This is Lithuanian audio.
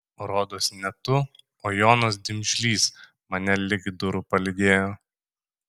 rodos ne tu o jonas dimžlys mane ligi durų palydėjo